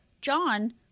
John